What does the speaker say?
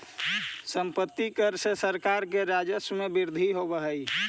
सम्पत्ति कर से सरकार के राजस्व में वृद्धि होवऽ हई